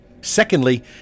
Secondly